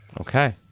Okay